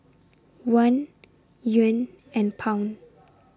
Won Yuan and Pound